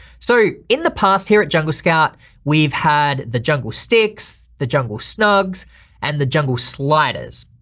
so, in the past here at jungle scout we've had the jungle stix, the jungle snugs and the jungle sliders.